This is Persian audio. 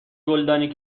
گلدانی